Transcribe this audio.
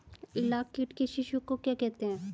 लाख कीट के शिशु को क्या कहते हैं?